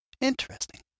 Interesting